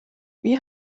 wie